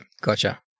gotcha